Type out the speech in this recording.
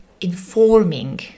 informing